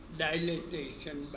dilatation